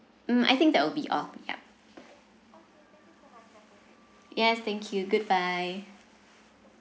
mm I think that will be all yup yes thank you goodbye